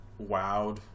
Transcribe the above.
wowed